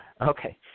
Okay